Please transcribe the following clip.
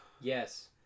Yes